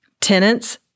tenants